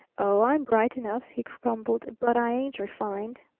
oh, i'm bright enough, he grumbled, but i ain't refined.